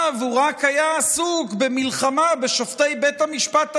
הוא רק היה עסוק במלחמה בשופטי בית המשפט העליון.